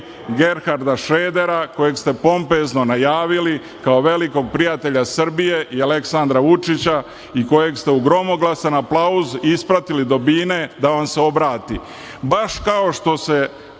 Gerharda Šredera, kojeg ste pompezno najavili, kao velikog prijatelja Srbije i Aleksandra Vučića, i kojeg ste uz gromoglasan aplauz ispratili do bine da vam se obrati.